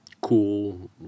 cool